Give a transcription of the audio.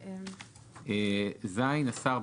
(ז)השר,